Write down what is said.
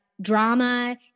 drama